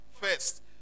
first